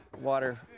water